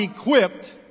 equipped